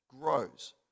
grows